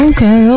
Okay